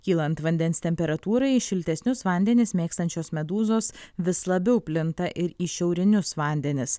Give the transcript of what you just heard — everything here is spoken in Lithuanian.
kylant vandens temperatūrai šiltesnius vandenis mėgstančios medūzos vis labiau plinta ir į šiaurinius vandenis